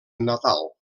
natal